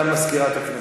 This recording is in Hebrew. מזכירת הכנסת.